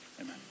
amen